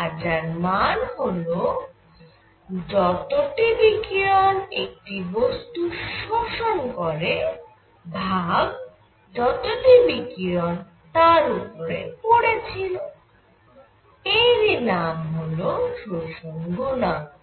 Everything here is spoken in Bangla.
আর যার মান হল যতটি বিকিরণ একটি বস্তু শোষণ করে ভাগ যতটি বিকিরণ তার উপরে পড়েছিল এরই নাম হল শোষণ গুণাঙ্ক